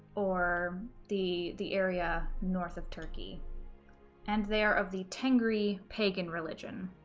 or the the area north of turkey and they are of the tengri pagan religion.